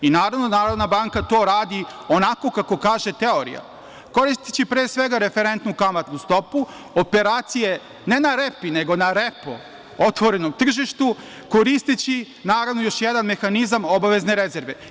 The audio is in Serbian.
Naravno, Narodna banka to radi onako kako kaže teorija, koristeći pre svega referentnu kamatnu stopu, operacije ne na repi, nego na repo otvorenom tržištu, koristeći naravno, još jedan mehanizam obavezne rezerve.